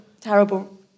terrible